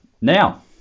now